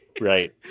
right